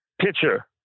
pitcher